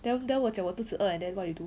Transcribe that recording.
then then 我讲肚子饿 eh then what you do